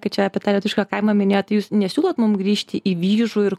kad čia apie tą lietuvišką kaimą minėjot jūs nesiūlot mum grįžti į vyžų ir